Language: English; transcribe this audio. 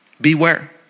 Beware